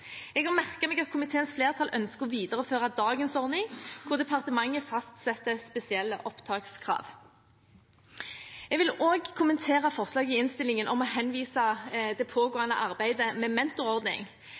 Jeg har merket meg at komiteens flertall ønsker å videreføre dagens ordning, hvor departementet fastsetter spesielle opptakskrav. Jeg vil også kommentere forslaget i innstillingen, om å henvise det